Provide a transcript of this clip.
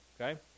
okay